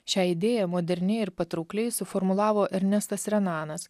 šią idėją moderniai ir patraukliai suformulavo ernestas renanas